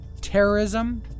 Terrorism